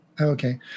Okay